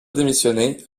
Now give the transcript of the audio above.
démissionner